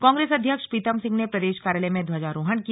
कांग्रेस अध्यक्ष प्रीतम सिंह ने प्रदेश कार्यालय में ध्वजारोहण किया